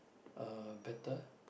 uh better